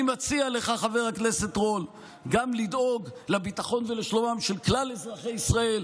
אני מציע לך לדאוג גם לביטחון ולשלומם של כלל אזרחי ישראל,